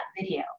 video